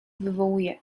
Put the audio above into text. wywołuje